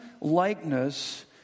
likeness